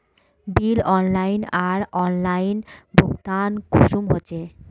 Bill online आर offline भुगतान कुंसम होचे?